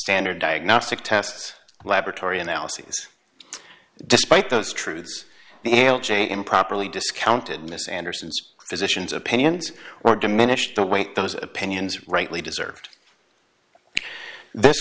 standard diagnostic tests laboratory analyses despite those truths the l j improperly discounted miss anderson's physicians opinions or diminish the weight those opinions rightly deserved this